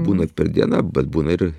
būna per dieną bet būna ir